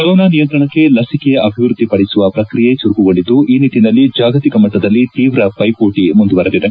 corona ನಿಯಂತ್ರಣಕ್ಕೆ ಲಸಿಕೆ ಅಭಿವೃದ್ದಿ ಪದಿಸುವ ಪ್ರಕ್ರಿಯೆ ಚುರುಕುಗೊಂಡಿದ್ದು ಈ ನಿಟ್ಟಿನಲ್ಲಿ ಜಾಗತಿಕ ಮಟ್ಟದಲ್ಲಿ ತೀವ್ರ ಪೈಪೋಟಿ ಮುಂದುವರೆದಿದೆ